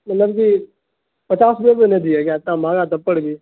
مطلب کہ پچاس روپیے بھی نہیں دیجیے گا اتنا مہنگا تب پھر بھی